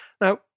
Now